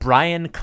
Brian